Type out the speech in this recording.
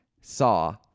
saw